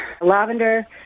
lavender